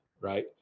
right